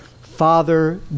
father